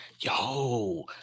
Yo